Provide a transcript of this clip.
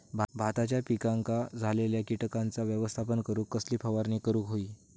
भाताच्या पिकांक झालेल्या किटकांचा व्यवस्थापन करूक कसली फवारणी करूक होई?